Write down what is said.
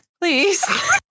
please